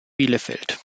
bielefeld